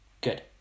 good